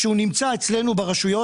כשהוא נמצא אצלנו ברשויות,